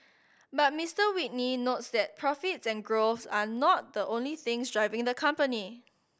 but Mister Whitney notes that profits and growth are not the only things driving the company